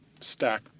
stack